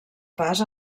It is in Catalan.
pas